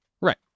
Right